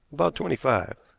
about twenty-five.